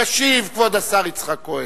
ישיב כבוד השר יצחק כהן.